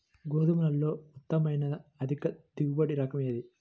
గోధుమలలో ఉత్తమమైన అధిక దిగుబడి రకం ఏది?